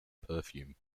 perfume